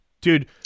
Dude